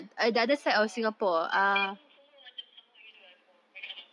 tak tahu ah the name semua macam sama gitu I don't know ya